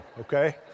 okay